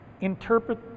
interpret